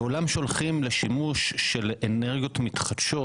בעולם שולחים לשימוש של אנרגיות מתחדשות,